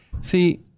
See